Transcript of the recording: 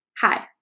Hi